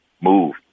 move